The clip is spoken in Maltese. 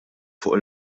fuq